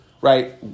right